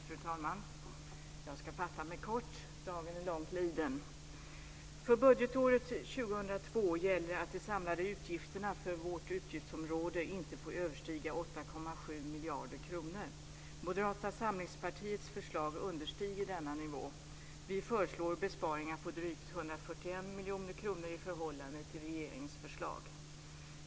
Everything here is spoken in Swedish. Fru talman! Jag ska fatta mig kort. Dagen är långt liden. För budgetåret 2002 gäller att det samlade utgifterna för vårt utgiftsområde inte får överstiga 8,7 miljarder kronor. Moderata samlingspartiets förslag understiger denna nivå. Vi föreslår besparingar på drygt 141 miljoner kronor i förhållande till regeringens förslag.